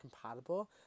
compatible